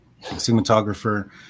Cinematographer